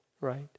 right